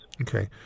Okay